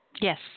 Yes